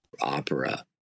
opera